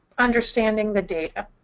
understanding the data.